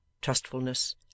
trustfulness